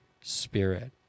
Spirit